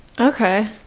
Okay